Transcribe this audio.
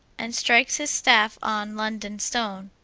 and strikes his staffe on london stone.